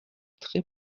très